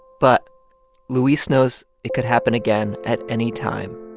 but luis knows it could happen again at any time,